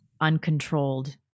uncontrolled